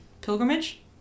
pilgrimage